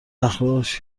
اخلاقش